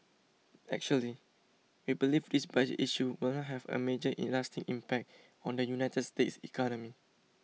actually we believe this budget issue will not have a major in lasting impact on the United States economy